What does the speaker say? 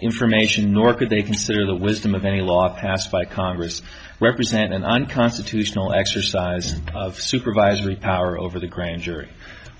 information nor could they consider the wisdom of any law passed by congress represent an unconstitutional exercise of supervisory power over the grand jury